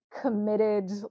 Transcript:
committed